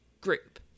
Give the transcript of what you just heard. group